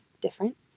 different